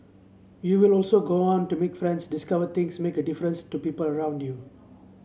you will also go on to make friends discover things make a difference to people around you